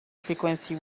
frequency